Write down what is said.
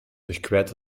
durchquert